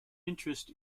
interest